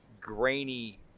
grainy